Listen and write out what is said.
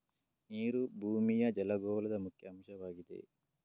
ನೀರು ಭೂಮಿಯ ಜಲಗೋಳದ ಮುಖ್ಯ ಅಂಶವಾಗಿದೆ